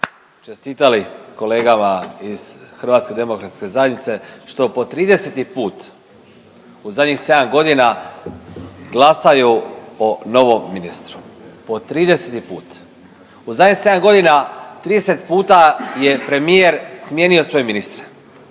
čestitali kolegama iz HDZ-a što po 30. put u zadnjih sedam godina glasaju o novom ministru po 30. put. U zadnjih sedam godina 30 puta je premijer smijenio svoje ministre,